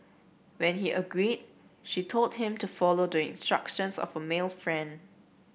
when he agreed she told him to follow doing instructions of a male friend